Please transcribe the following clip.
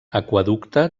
aqüeducte